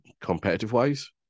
competitive-wise